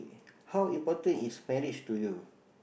how important is marriage to you